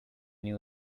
new